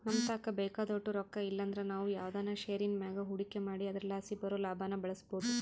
ನಮತಾಕ ಬೇಕಾದೋಟು ರೊಕ್ಕ ಇಲ್ಲಂದ್ರ ನಾವು ಯಾವ್ದನ ಷೇರಿನ್ ಮ್ಯಾಗ ಹೂಡಿಕೆ ಮಾಡಿ ಅದರಲಾಸಿ ಬರೋ ಲಾಭಾನ ಬಳಸ್ಬೋದು